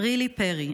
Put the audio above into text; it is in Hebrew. רילי פרי,